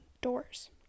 doors